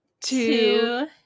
Two